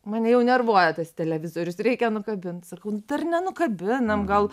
mane jau nervuoja tas televizorius reikia nukabint sakau dar nenukabinam gal